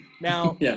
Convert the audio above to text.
Now